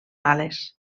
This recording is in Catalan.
ales